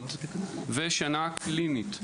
פרה-קלינית ושנה קלינית.